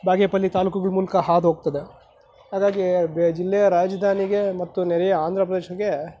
ಬಾಗೇಪಲ್ಲಿ ತಾಲ್ಲೂಕುಗಳ ಮೂಲಕ ಹಾದು ಹೋಗ್ತದೆ ಹಾಗಾಗಿ ಜಿಲ್ಲೆಯ ರಾಜಧಾನಿಗೆ ಮತ್ತು ನೆರೆಯ ಆಂಧ್ರಪ್ರದೇಶಕ್ಕೆ